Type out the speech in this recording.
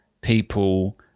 people